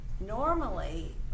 Normally